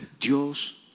Dios